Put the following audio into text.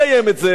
אז הלוחות האלה,